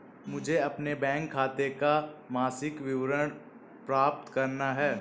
मुझे अपने बैंक खाते का मासिक विवरण प्राप्त करना है?